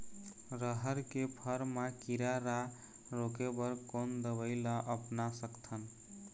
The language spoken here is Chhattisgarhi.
रहर के फर मा किरा रा रोके बर कोन दवई ला अपना सकथन?